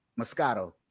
Moscato